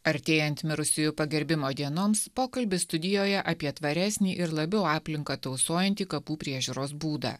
artėjant mirusiųjų pagerbimo dienoms pokalbis studijoje apie tvaresnį ir labiau aplinką tausojantį kapų priežiūros būdą